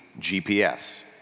GPS